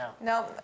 No